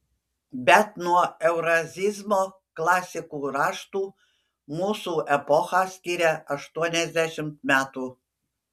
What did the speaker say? bet nuo eurazizmo klasikų raštų mūsų epochą skiria aštuoniasdešimt metų